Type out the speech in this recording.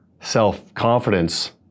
self-confidence